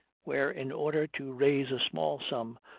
where, in order to raise a small sum,